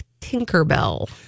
Tinkerbell